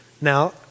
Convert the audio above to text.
Now